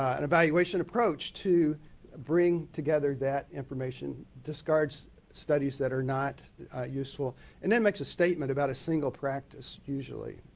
and evaluation approach to bring together that information. discards studies that are not useful and then it makes a statement about a single practice, usually.